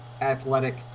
athletic